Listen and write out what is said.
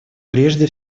прежде